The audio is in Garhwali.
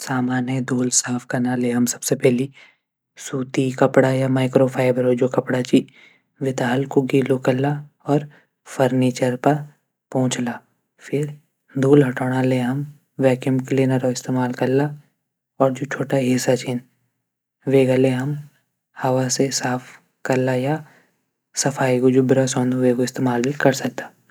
सामान धूल साफ कना ले हम सबसे पैली सूती कपडा या माइक्रोफाइबर जू कपडा च वेथे हल्कू गीलू कला फर्नीचर पर पोछला। फिर धूल हटोला ले हम वैक्यूम क्लीनर इस्तेमाल कला। और जू छुटा हिस्सा छन। वे कल हम हवा से साफ कला या सफ़ाई जू बरस हूंदू वेकू इस्तेमाल भी कै सकदा।